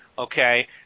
Okay